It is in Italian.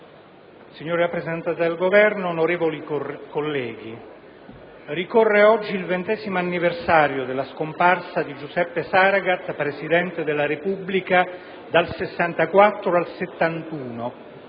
signor rappresentante del Governo, onorevoli colleghi, ricorre oggi il ventesimo anniversario della scomparsa di Giuseppe Saragat, Presidente della Repubblica dal 1964 al 1971,